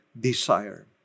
desire